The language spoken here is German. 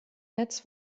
netz